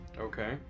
Okay